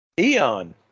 Eon